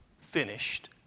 finished